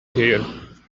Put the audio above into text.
here